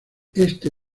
este